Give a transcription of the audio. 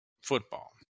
football